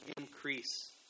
increase